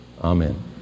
Amen